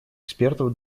экспертов